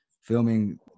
filming